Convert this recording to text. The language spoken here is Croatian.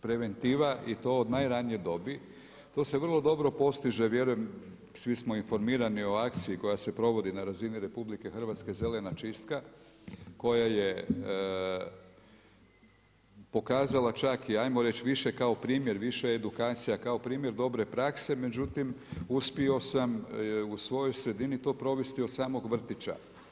Preventiva i to od najranije dobi, to se vrlo dobro postiže vjerujem, svi smo informirani o akciji koja se provodi na razini RH, Zelena čistka, koja je pokazala čak, i ajmo reći više kao primjer, više edukacija kao primjer dobre prakse međutim, uspio sam u svojoj sredini to provesti od samoga vrtića.